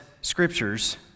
scriptures